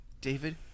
David